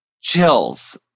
chills